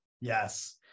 Yes